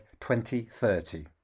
2030